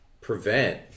prevent